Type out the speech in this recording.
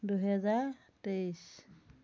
দুহেজাৰ তেইছ